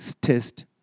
test